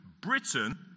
Britain